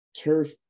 turf